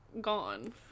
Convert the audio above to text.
gone